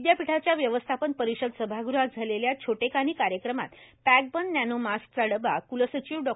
विद्यापीठाच्या व्यवस्थापन परिषद सभागृहात झालेल्या छोटेखानी कार्यक्रमात पॅकबंद नॅनो मास्कचा डब्बा क्लसचिव डॉ